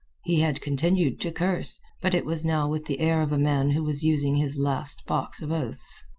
he had continued to curse, but it was now with the air of a man who was using his last box of oaths.